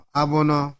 abono